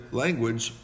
language